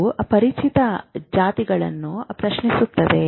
ಇದು ಅಪರಿಚಿತ ಜಾತಿಗಳನ್ನು ಪ್ರಶ್ನಿಸುತ್ತದೆ